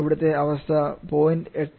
അവിടുത്തെ അവസ്ഥ 0